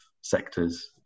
sectors